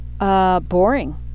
Boring